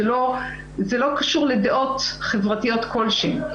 וזה לא קשור לדעות חברתיות כלשהן.